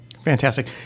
Fantastic